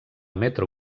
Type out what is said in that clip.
metro